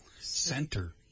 center